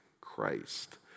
Christ